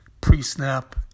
pre-snap